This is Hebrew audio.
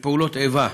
בפעולות איבה,